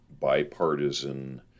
bipartisan